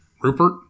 Rupert